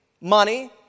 money